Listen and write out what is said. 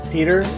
Peter